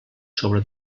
sobre